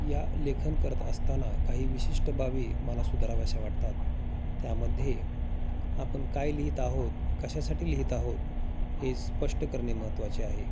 या लेखन करत असताना काही विशिष्ट बाबी मला सुधाराव्याशा वाटतात त्यामध्ये आपण काय लिहीत आहोत कशासाठी लिहीत आहोत हे स्पष्ट करणे महत्त्वाचे आहे